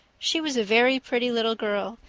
she was a very pretty little girl,